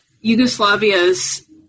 Yugoslavia's